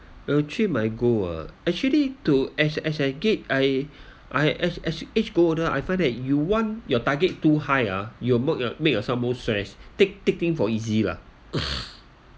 will achieve my goal ah actually to as as as a kid I I as as age grow older I find that you want your target too high ah you mak~ make a some more stress take thing for easy lah